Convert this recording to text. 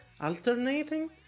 alternating